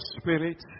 spirit